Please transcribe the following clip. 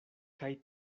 kaj